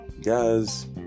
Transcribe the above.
guys